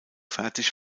fertig